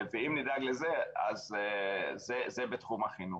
ואם נדאג לזה, אז זה בתחום החינוך.